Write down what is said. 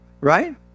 Right